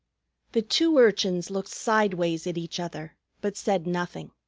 the two urchins looked sideways at each other, but said nothing.